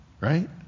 right